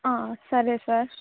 సరే సార్